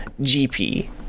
GP